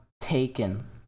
Taken